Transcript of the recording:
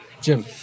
Jim